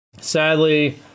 sadly